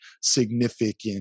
significant